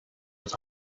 was